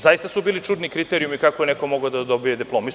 Zaista su bili čudni kriterijumi kako je neko mogao da dobije diplomu.